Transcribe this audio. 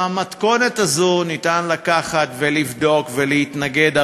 במתכונת הזאת, אפשר לקחת ולבדוק ולהתנגד.